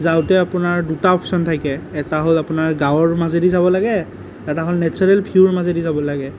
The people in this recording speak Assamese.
যাওঁতে আপোনাৰ দুটা অপছন থাকে এটা হ'ল আপোনাৰ গাঁৱৰ মাজেদি যাব লাগে এটা হ'ল নেচাৰেল ভিউৰ মাজেদি যাব লাগে